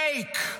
פייק.